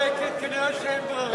אם היא כבר צועקת, כנראה אין ברירה.